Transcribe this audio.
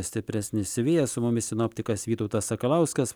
stipresnis vėjas su mumis sinoptikas vytautas sakalauskas